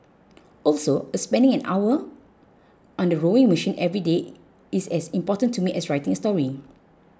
also spending an hour on the rowing machine every day is as important to me as writing a story